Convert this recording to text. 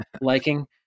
liking